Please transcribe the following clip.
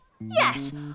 Yes